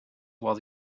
while